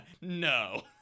no